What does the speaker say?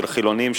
של חילונים,